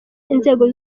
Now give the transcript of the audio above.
inzego